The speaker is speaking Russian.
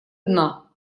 дна